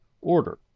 order